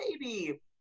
baby